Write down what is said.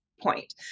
point